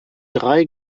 drei